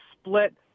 split